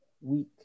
week